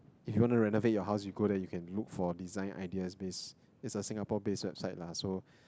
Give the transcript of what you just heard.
if you want to renovate your house you go there you can look for design ideas based is a Singapore based website lah so